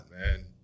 man